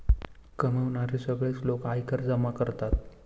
कमावणारे सगळे लोक आयकर जमा करतात